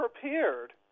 prepared